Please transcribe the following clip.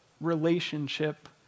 relationship